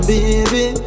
Baby